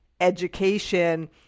education